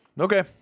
Okay